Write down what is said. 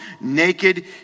naked